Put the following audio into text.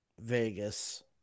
Vegas